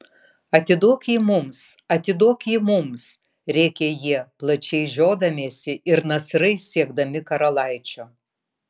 atiduok jį mums atiduok jį mums rėkė jie plačiai žiodamiesi ir nasrais siekdami karalaičio